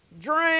drink